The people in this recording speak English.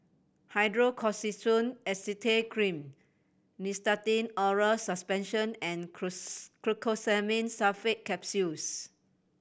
Hydrocortisone Acetate Cream Nystatin Oral Suspension and Glucosamine Sulfate Capsules